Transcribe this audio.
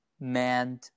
manned